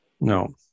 no